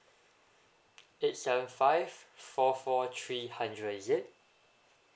eight seven five four four three hundred is it